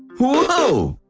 whoa!